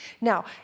Now